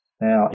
Now